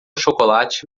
chocolate